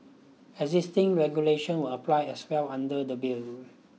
existing regulations will apply as well under the bill